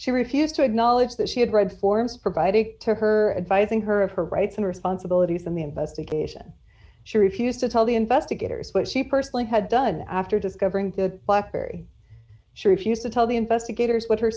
she refused to acknowledge that she had read forms provided to her advising her of her rights and responsibilities in the investigation she refused to tell the investigators what she personally had done after discovering the black berry she refused to tell the investigators what her